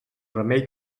remei